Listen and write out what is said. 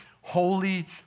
holy